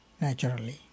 naturally